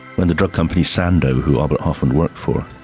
when the drug company sandoz, who albert hofmann worked for,